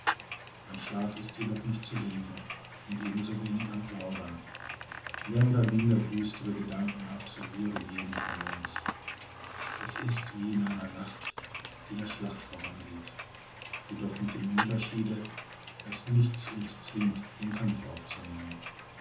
an schlaf ist jedoch nicht zu denken und ebenso wenig an plaudern mehr oder minder düstere gedanken absorbiren jeden von uns es ist wie in einer nacht die der schlacht vorangeht jedoch mit dem unterschiede daß nichts uns zwingt den kampf aufzunehmen